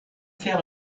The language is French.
faire